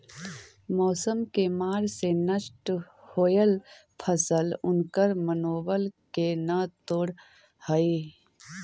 मौसम के मार से नष्ट होयल फसल उनकर मनोबल के न तोड़ हई